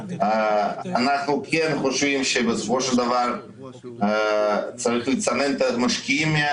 אנחנו חושבים שצריך לצנן את המשקיעים,